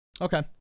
Okay